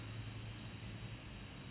oh there okay right